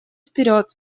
вперед